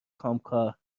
کامکار